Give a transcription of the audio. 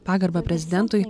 pagarba prezidentui